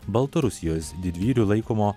baltarusijos didvyriu laikomo